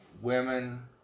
women